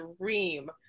dream